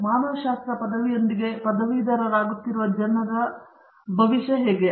ಮತ್ತು ಮಾನವಶಾಸ್ತ್ರ ಪದವಿಯೊಂದಿಗೆ ಪದವೀಧರರಾಗುತ್ತಿರುವ ಜನರು ಹೇಗೆ